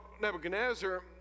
Nebuchadnezzar